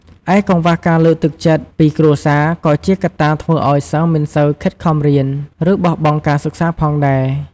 ឯកង្វះការលើកទឹកចិត្តពីគ្រួសារ ក៏ជាកត្តាធ្វើឲ្យសិស្សមិនសូវខិតខំរៀន ឬបោះបង់ការសិក្សាផងដែរ។